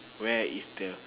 where is the